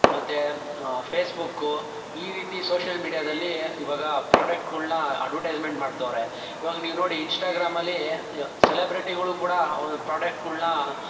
ಮತ್ತು ಫೇಸ್ಬುಕ್ಕು ಈ ರೀತಿ ಸೋಷಿಯಲ್ ಮೀಡಿಯಾದಲ್ಲಿ ಇವಾಗ ಪ್ರಾಡಕ್ಟ್ಗಳನ್ನ ಅಡ್ವರ್ಟೈಸ್ಮೆಂಟ್ ಮಾಡ್ತವ್ರೆ ಇವಾಗ ನೀವು ನೋಡಿ ಇನ್ಸ್ಟಾಗ್ರಾಮಲ್ಲಿ ಸೆಲೆಬ್ರಿಟಿಗಳು ಕೂಡ ಒಂದು ಪ್ರಾಡಕ್ಟ್ಗಳನ್ನ